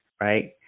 right